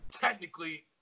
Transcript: Technically